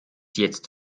jetzt